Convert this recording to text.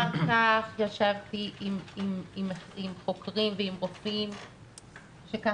אחר כך ישבתי עם חוקרים ועם רופאים שהיו